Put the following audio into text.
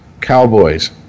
Cowboys